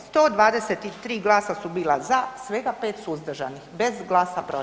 123 glasa su bila za, svega 5 suzdržanih, bez glasa protiv.